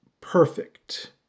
perfect